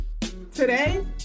Today